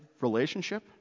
relationship